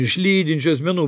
iš lydinčių asmenų